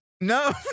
No